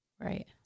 Right